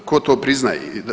Tko to priznaje?